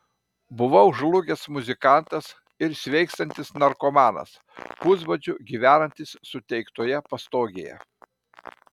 buvau žlugęs muzikantas ir sveikstantis narkomanas pusbadžiu gyvenantis suteiktoje pastogėje